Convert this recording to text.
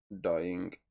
dying